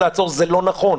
זה לא נכון.